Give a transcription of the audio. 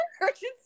emergency